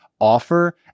offer